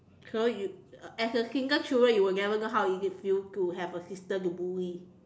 so you as a single children you will never know how is it feel to have a sister to bully